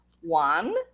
one